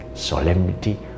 solemnity